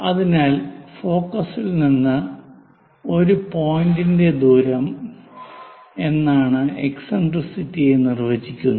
അതിനാൽ ഫോക്കസിൽ നിന്ന് ഒരു പോയിൻറ്ന്റെ ദൂരം എന്നാണ് എക്സിൻട്രിസിറ്റിയെ നിർവചിക്കുന്നത്